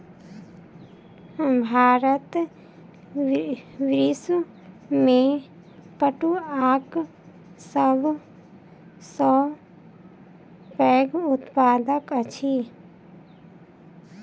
भारत विश्व में पटुआक सब सॅ पैघ उत्पादक अछि